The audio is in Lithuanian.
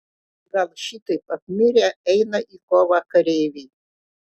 gal šitaip apmirę eina į kovą kareiviai